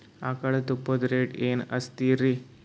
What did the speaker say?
ಆಕಳ ತುಪ್ಪದ ರೇಟ್ ಏನ ಹಚ್ಚತೀರಿ?